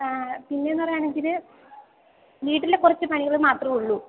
ആ പിന്നേ എന്ന് പറയുകയാണെങ്കിൽ വീട്ടിലെ കുറച്ച് പണികള് മാത്രം ഉള്ളു